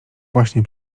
właśnie